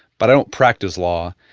but i don't practice law,